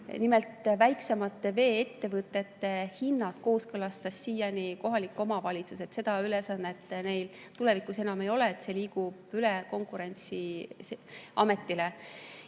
Nimelt, väiksemate vee-ettevõtete hinnad kooskõlastas siiani kohalik omavalitsus, aga seda ülesannet neil tulevikus enam ei ole, see liigub üle Konkurentsiametile.